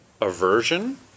aversion